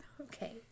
Okay